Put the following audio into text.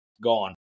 gone